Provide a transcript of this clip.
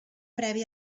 previ